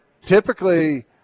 typically –